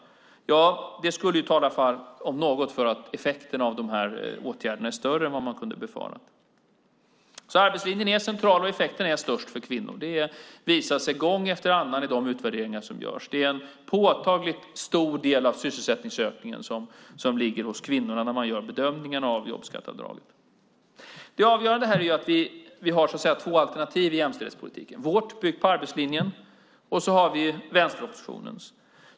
Detta om något skulle tala för att effekten av åtgärderna är större än vad man kunnat förvänta. Arbetslinjen är central, och effekten är störst för kvinnor. Det visar sig gång efter annan i de utvärderingar som görs. Det är en påtagligt stor del av sysselsättningsökningen som ligger hos kvinnorna när man gör bedömningen av jobbskatteavdraget. Det avgörande här är att vi har två alternativ i jämställdhetspolitiken. Vi har vårt alternativ byggt på arbetslinjen och sedan har vi vänsteroppositionens.